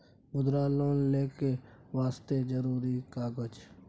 मुद्रा लोन लेके वास्ते जरुरी कागज?